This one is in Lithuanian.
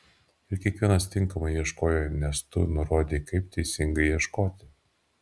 ir kiekvienas tinkamai ieškojo nes tu nurodei kaip teisingai ieškoti